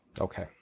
Okay